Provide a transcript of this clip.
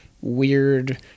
weird